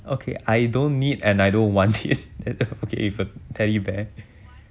okay I don't need and I don't want if if a teddy bear